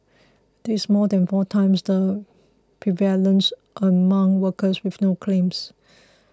this is more than four times the prevalence among workers with no claims